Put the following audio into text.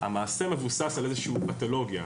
המעשה מבוסס על איזושהי פתולוגיה,